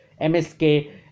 msk